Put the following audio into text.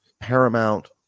paramount